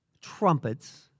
trumpets